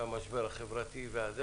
למשבר החברתי וכו',